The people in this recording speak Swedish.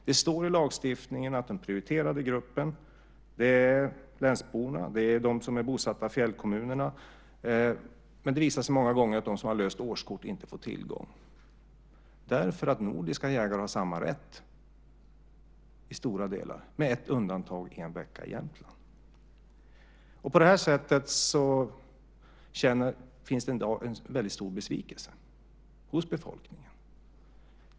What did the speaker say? Det står i lagstiftningen att den prioriterade gruppen är länsborna och de som är bosatta i fjällkommunerna. Men det visar sig många gånger att de som har löst årskort inte får tillgång till jakten därför att nordiska jägare har samma rätt i stora delar, med ett undantag - en vecka i Jämtland. Därför finns det i dag en stor besvikelse hos befolkningen.